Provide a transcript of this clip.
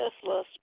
Tesla